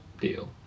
deal